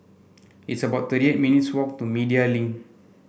it's about thirty eight minutes' walk to Media Link